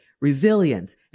resilience